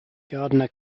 gardner